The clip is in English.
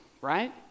right